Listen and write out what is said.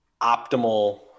optimal